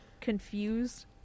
confused